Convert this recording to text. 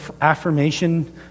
affirmation